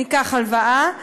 ניקח הלוואה.